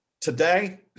today